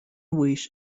wish